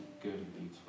good